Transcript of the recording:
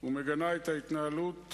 ומגנה את התנהלות